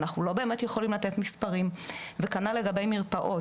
אנחנו לא באמת מספרים וכנ"ל לגבי מרפאות,